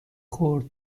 خورد